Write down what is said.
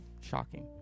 shocking